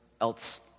else